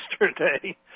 yesterday